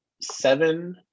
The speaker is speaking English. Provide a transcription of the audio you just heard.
seven